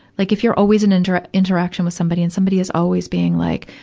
like if you're always in inter, ah interaction with somebody, and somebody is always being like,